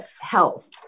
health